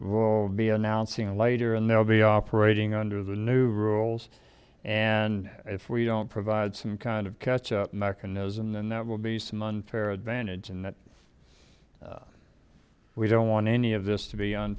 we'll be announcing later and they'll be operating under the new rules and if we don't provide some kind of catch up mechanism then that will be some unfair advantage and that we don't want any of this to be